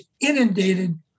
inundated